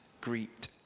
greet